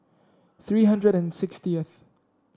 three hundred and sixtieth